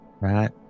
right